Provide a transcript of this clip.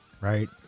right